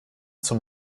zum